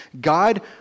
God